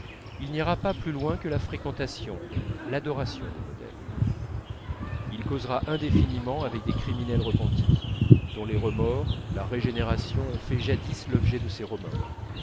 il n'ira pas plus loin que la fréquentation l'adoration des modèles il causera indéfiniment avec des criminels repentis dont le remords la régénération a fait l'objet de ses romans